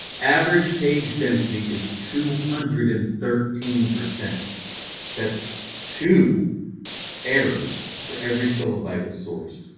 average page density is two hundred and thirteen percent that's two errors for every kilobyte of source.